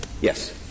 Yes